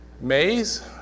Maize